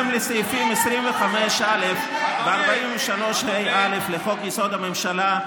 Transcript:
בהתאם לסעיפים 25(א) ו-43ה(א) לחוק-יסוד: הממשלה,